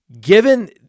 given